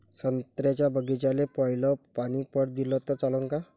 संत्र्याच्या बागीचाले पयलं पानी पट दिलं त चालन का?